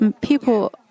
people